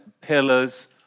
pillars